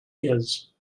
his